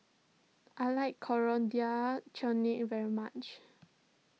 I like Coriander Chutney very much